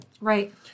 Right